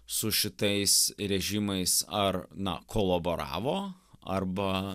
su šitais režimais ar na kolaboravo arba